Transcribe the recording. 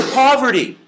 poverty